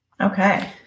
Okay